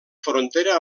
frontera